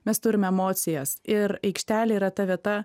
mes turime emocijas ir aikštelė yra ta vieta